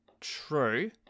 True